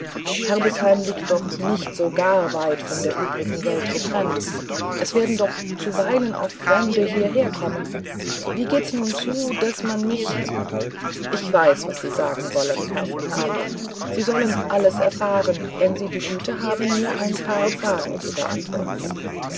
herbesheim liegt doch nicht so gar weit von der übrigen welt getrennt es werden doch zuweilen auch fremde hierherkommen wie geht's nun zu daß man mich ich weiß was sie sagen wollen herr von hahn sie sollen alles erfahren wenn sie die güte haben mir ein paar fragen zu beantworten